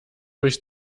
durch